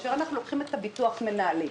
כאשר אנחנו לוקחים את ביטוח המנהלים,